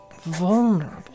vulnerable